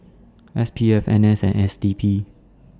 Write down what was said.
S P F N S and S D P